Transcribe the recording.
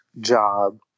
job